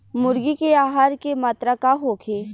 मुर्गी के आहार के मात्रा का होखे?